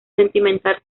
sentimental